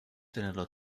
tenerlo